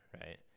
right